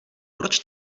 proč